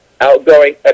outgoing